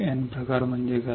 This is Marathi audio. N प्रकार म्हणजे काय